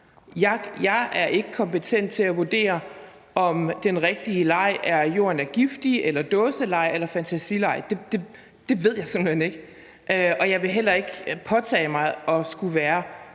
jeg ikke er kompetent til at vurdere, om den rigtige leg er jorden er giftig eller dåseleg eller fantasileg. Det ved jeg simpelt hen ikke. Og jeg vil heller ikke påtage mig at skulle være